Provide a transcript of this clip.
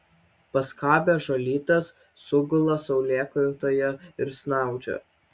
paskabę žolytės sugula saulėkaitoje ir snaudžia